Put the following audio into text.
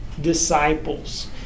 disciples